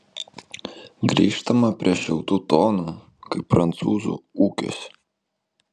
grįžtama prie šiltų tonų kai prancūzų ūkiuose